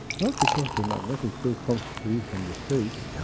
not because the magnetic field comes free from the space